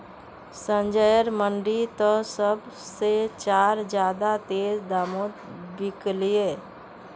संजयर मंडी त सब से चार ज्यादा तेज़ दामोंत बिकल्ये